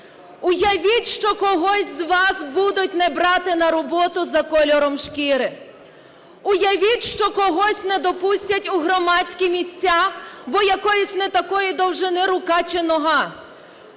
Уявіть, що когось з вас не будуть брати на роботу за кольором шкіри. Уявіть, що когось не допустять у громадські місця, бо якоїсь не такої довжини рука чи нога.